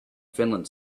finland